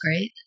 great